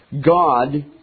God